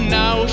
now